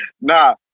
Nah